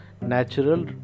natural